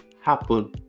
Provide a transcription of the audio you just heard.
happen